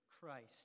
Christ